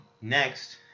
Next